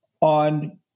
on